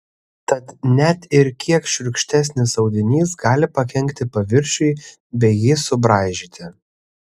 tad net ir kiek šiurkštesnis audinys gali pakenkti paviršiui bei jį subraižyti